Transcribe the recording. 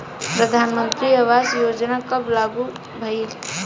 प्रधानमंत्री आवास योजना कब लागू भइल?